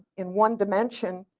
in one dimension,